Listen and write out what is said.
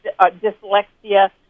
dyslexia